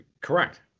Correct